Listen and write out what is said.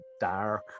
dark